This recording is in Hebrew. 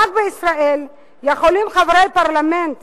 רק בישראל יכולים חברי פרלמנט